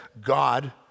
God